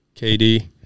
KD